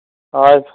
अच्छा